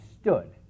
stood